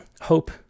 Hope